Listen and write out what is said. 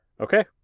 Okay